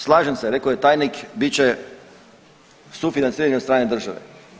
Slažem se, rekao je tajnik bit će sufinaciranje od strane države.